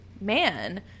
man